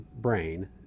brain